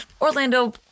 Orlando